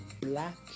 black